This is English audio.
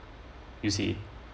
you see